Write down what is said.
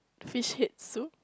fish head soup